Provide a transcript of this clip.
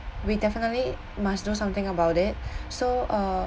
we definitely must do something about it so uh